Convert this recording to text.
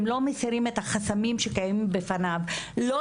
אם לא מסירים את החסמים שקיימים בפניו לא